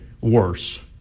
Worse